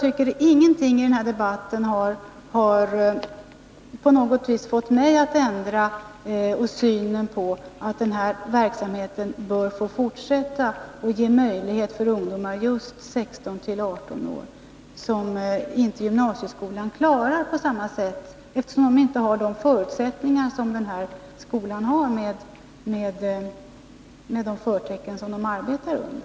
Men ingenting i denna debatt har på något vis kunnat ändra min åsikt att den här verksamheten bör få fortsätta att ge ungdomar i just 16—-18-årsåldern de här möjligheterna. Gymnasieskolan klarar ju inte på samma sätt dessa ungdomar, eftersom den inte har samma förutsättningar som den skola det här är fråga om.